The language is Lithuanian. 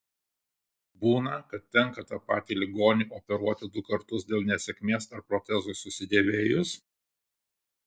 būna kad tenka tą patį ligonį operuoti du kartus dėl nesėkmės ar protezui susidėvėjus